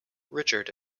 richard